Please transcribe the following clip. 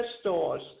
stores